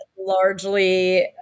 largely